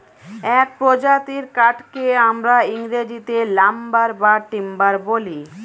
এক প্রজাতির কাঠকে আমরা ইংরেজিতে লাম্বার বা টিম্বার বলি